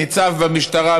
ניצב במשטרה,